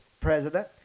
president